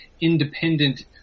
independent